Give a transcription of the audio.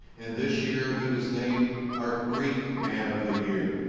and this year he was named our greek man of the year.